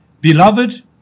beloved